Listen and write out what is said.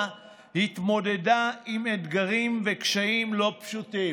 התמודדה עם אתגרים וקשיים לא פשוטים.